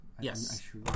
Yes